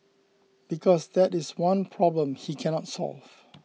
because that is the one problem he cannot solve